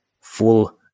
full